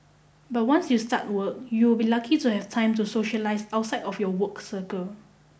but once you start work you'll be lucky to have time to socialise outside of your work circle